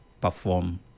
perform